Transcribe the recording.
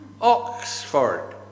Oxford